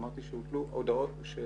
אמרתי שפורסמו הודעות עיצום.